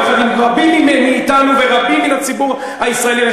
יחד עם רבים מאתנו ורבים מן הציבור הישראלי.